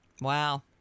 Wow